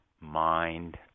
mind